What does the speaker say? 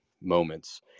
moments